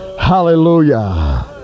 hallelujah